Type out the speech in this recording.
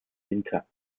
winter